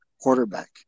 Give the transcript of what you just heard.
quarterback